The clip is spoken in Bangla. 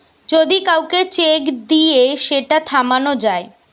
যদি কাউকে চেক দিয়ে সেটা থামানো যায়